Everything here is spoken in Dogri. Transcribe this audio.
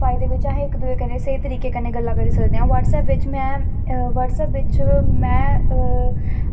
फायदे बिच्च अस इक दुए कन्नै स्हेई तरीके कन्नै गल्लां करी सकदे आं ब्हाटसैप बिच्च में ब्हाटसैप बिच्च में